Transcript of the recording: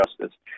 justice